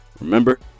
Remember